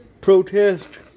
Protest